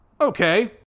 okay